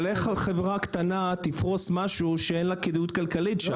אבל איך חברה קטנה תפרוס משהו שאין לה בו כדאיות כלכלית?